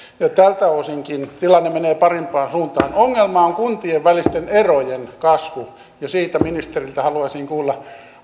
tältä osinkin tilanne menee parempaan suuntaan ongelma on kuntien välisten erojen kasvu ja siitä ministeriltä haluaisin kuulla